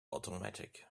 automatic